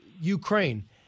Ukraine